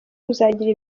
kuzagira